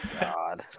God